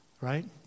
Right